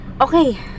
Okay